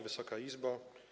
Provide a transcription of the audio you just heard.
Wysoka Izbo!